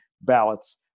ballots